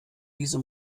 diese